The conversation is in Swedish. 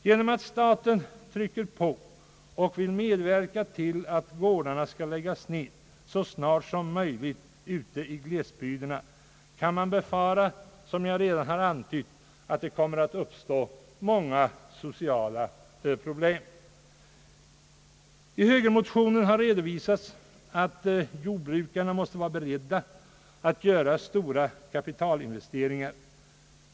Genom att staten trycker på och vill medverka till att gårdarna lägges ned så snart som möjligt ute i glesbygderna kan man befara, som jag redan har antytt, att det kommer att uppstå många sociala problem. I högermotionen har redovisats att jordbrukarna måste vara beredda att göra stora kapitalinvesteringar.